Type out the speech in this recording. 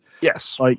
Yes